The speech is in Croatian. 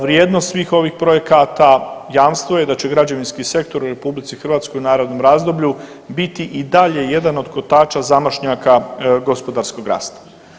Vrijednost svih ovih projekata jamstvo je da će građevinski sektor u RH na narednom razdoblju biti i dalje jedan od kotača zamašnjaka gospodarskog rasta.